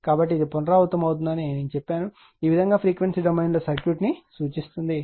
కాబట్టి ఇది పునరావృతమవుతుందని నేను చెప్పాను ఈ విధంగా ఫ్రీక్వెన్సీ డొమైన్లో సర్క్యూట్ను సూచిస్తుంది